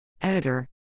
Editor